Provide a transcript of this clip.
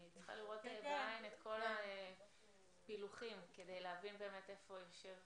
אני צריכה לראות בעין את כל הפילוחים כדי להבין באמת איפה נמצא